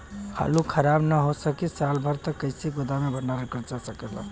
आलू खराब न हो सके साल भर तक कइसे गोदाम मे भण्डारण कर जा सकेला?